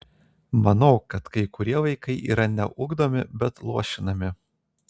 manau kad kai kurie vaikai yra ne ugdomi bet luošinami